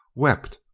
wept,